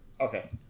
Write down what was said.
okay